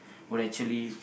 will actually